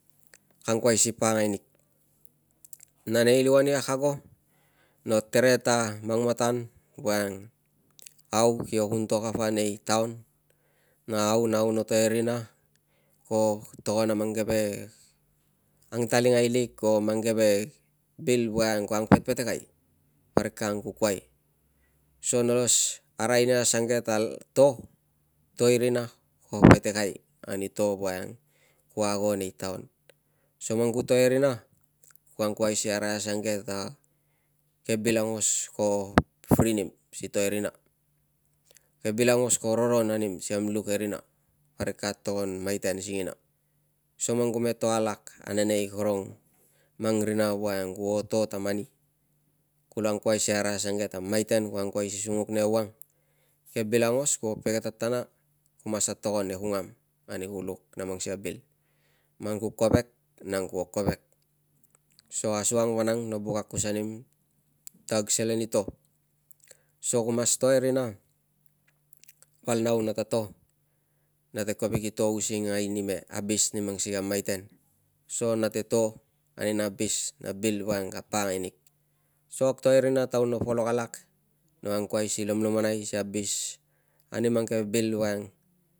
Ko angkuai si pakangai nig. Na nei liuan i kag ago, no tere ta mang matan voiang how kio kun to kapa nei town na how nau no to e rina, ko togon a mang keve angtaliungailik o mang keve bil voiang ko angpetpetekai, parik ka angkukuai so nolo arai nia asuangke ta to, to i rina ko petekai ani to voiang ku ago nei town. So man ku to e rina ku angkuai si arai asuangke ta ke bil aungos ko free nim si to e rina, ke bil aungos ko roron anim si kam luk e rina, parik ka togon maiten singina. So man ku me to alak ane nei karong mang rina voiang kuo to ta mani, kula angkuai si arai asuang ke ta maiten ku angkuai si sunguk ia ewang, ke bil aungos ko pege tatana ku mas atogonia e kungam ani ku luk a mang sikei a bil. Man ku kovek, nang kuo kovek. So asuang vangang, no buk akus anim ta kag selen i to. So ku mas to e rina val nau nata to. Nate kovek i to usingai ani me abis ani mang sikei a maiten, so nate to ani na abis abil voiang ka pakangai nig. So kag to e rina taun no polok alak, no angkuai si lomlomonai si abis ani mang ke bil voiang